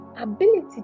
ability